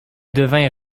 devint